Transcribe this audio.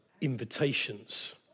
invitations